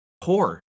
poor